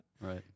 Right